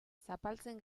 zapaltzen